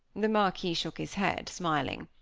the marquis shook his head, smiling.